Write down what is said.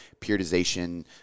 periodization